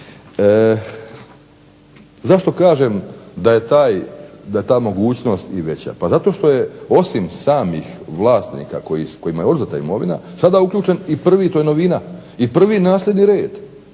Zašto kažem da je ta mogućnost i veća? Pa zato što je osim samih vlasnika kojima je oduzeta imovina sada je uključen, to je novina, i prvi nasljedni red.